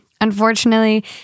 Unfortunately